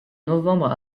novembre